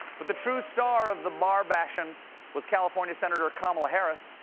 but the true star of the barr bashin' was california senator kamala harris.